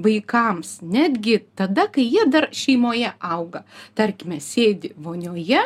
vaikams netgi tada kai jie dar šeimoje auga tarkime sėdi vonioje